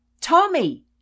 Tommy